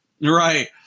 Right